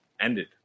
ended